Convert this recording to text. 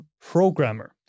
programmer